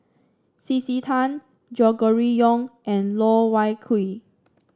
C C Tan Gregory Yong and Loh Wai Kiew